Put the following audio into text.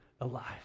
alive